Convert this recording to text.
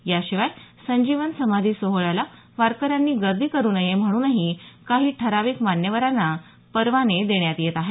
याशिवाय संजीवन समाधी सोहोळ्याला वारकऱ्यांनी गर्दी करु नये म्हणूनही काही ठराविक मान्यवरांना परवाने देण्यात येत आहेत